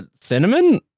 Cinnamon